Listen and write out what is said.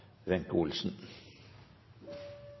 rent